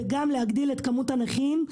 וגם להגדיל את כמות מקומות החניה לנכים.